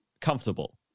comfortable